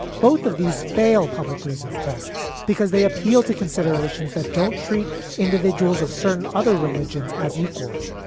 both of these fail public reasons tests because they appeal to considerations that don't treat individuals of certain other religions as equals.